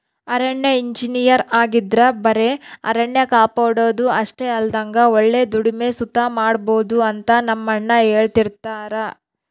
ಅರಣ್ಯ ಇಂಜಿನಯರ್ ಆಗಿದ್ರ ಬರೆ ಅರಣ್ಯ ಕಾಪಾಡೋದು ಅಷ್ಟೆ ಅಲ್ದಂಗ ಒಳ್ಳೆ ದುಡಿಮೆ ಸುತ ಮಾಡ್ಬೋದು ಅಂತ ನಮ್ಮಣ್ಣ ಹೆಳ್ತಿರ್ತರ